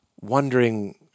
wondering